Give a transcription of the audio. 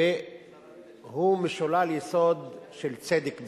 והוא משולל יסוד של צדק בסיסי.